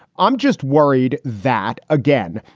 i'm just worried that, again,